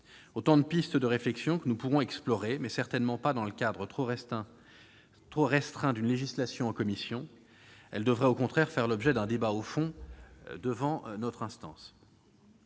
autant de pistes de réflexion que nous pourrons explorer, mais certainement pas dans le cadre trop restreint d'une législation en commission. Ces pistes devraient faire l'objet d'un débat de fond en séance